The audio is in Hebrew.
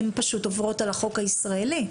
הן פשוט עוברות על החוק הישראלי.